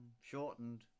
shortened